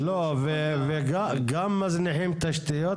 גם חברי הכנסת,